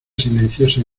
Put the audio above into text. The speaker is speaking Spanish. silenciosa